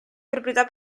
proprietà